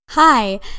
Hi